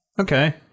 okay